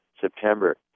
September